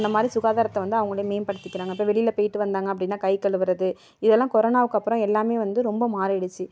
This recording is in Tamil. அந்த மாரி சுகாதாரத்தை வந்து அவங்களே மேம்படுத்திக்கிறாங்க இப்போ வெளியில போய்விட்டு வந்தாங்க அப்படின்னா கைகழுவுறது இதெலாம் கொரோனாவுக்கு அப்புறோம் எல்லாமே வந்து ரொம்ப மாறிடுச்சு